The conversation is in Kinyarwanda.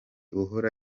uhora